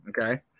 okay